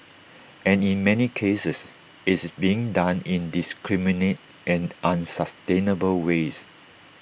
and in many cases it's being done in indiscriminate and unsustainable ways